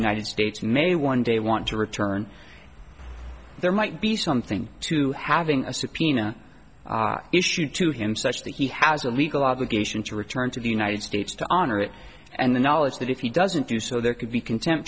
united states may one day want to return there might be something to having a subpoena issued to him such that he has a legal obligation to return to the united states to honor it and the knowledge that if he doesn't do so there could be contempt